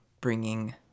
bringing